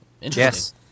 Yes